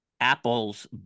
apples